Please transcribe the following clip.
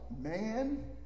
man